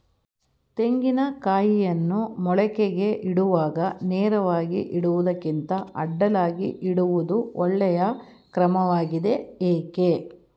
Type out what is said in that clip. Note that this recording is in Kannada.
ತೆಂಗಿನ ಕಾಯಿಯನ್ನು ಮೊಳಕೆಗೆ ಇಡುವಾಗ ನೇರವಾಗಿ ಇಡುವುದಕ್ಕಿಂತ ಅಡ್ಡಲಾಗಿ ಇಡುವುದು ಒಳ್ಳೆಯ ಕ್ರಮವಾಗಿದೆ ಏಕೆ?